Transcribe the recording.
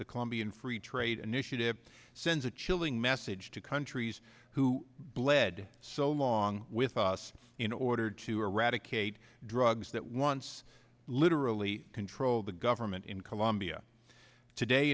the colombian free trade initiative sends a chilling message to countries who bled so long with us in order to eradicate drugs that once literally control the government in colombia today